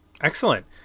Excellent